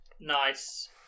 Nice